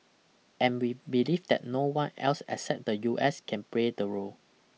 and we believe that no one else except the U S can play the role